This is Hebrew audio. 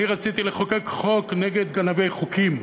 האמת היא שאני רציתי לחוקק חוק נגד גנבי חוקים,